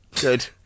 Good